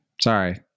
Sorry